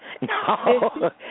No